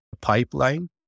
pipeline